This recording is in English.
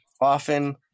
often